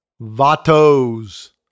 Vato's